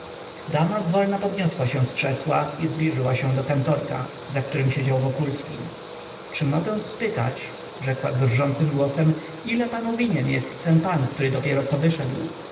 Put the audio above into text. dwuznaczny dama zwolna podniosła się z krzesła i zbliżyła się do kantorka za którym siedział wokulski czy mogę spytać rzekła drżącym głosem ile panu winien jest ten pan który dopieroco wyszedł